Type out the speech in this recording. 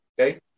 okay